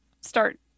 start